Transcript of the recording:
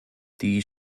die